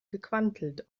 gequantelt